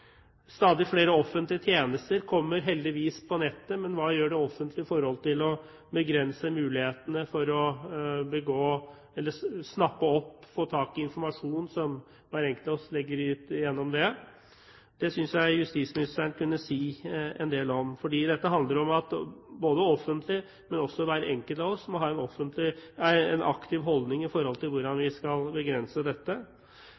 Stadig flere offentlige tjenester kommer heldigvis på nettet. Men hva gjør det offentlige for å begrense mulighetene for å snappe opp og få tak i informasjon som hver enkelt av oss legger ut? Det synes jeg justisministeren kunne si en del om, for dette handler om at både det offentlige og hver enkelt av oss må ha en aktiv holdning til hvordan vi skal begrense dette.